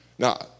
Now